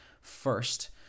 first